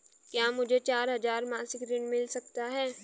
क्या मुझे चार हजार मासिक ऋण मिल सकता है?